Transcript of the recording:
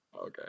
Okay